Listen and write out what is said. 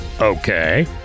Okay